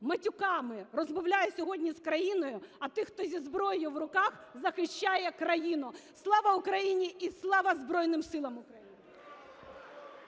матюками розмовляє сьогодні з країною, а тих, хто зі зброєю в руках захищає країну. Слава Україні і слава Збройним Силам України!